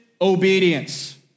obedience